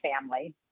family